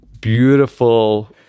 beautiful